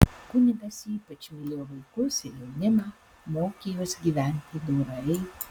kunigas ypač mylėjo vaikus ir jaunimą mokė juos gyventi dorai